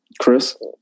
Chris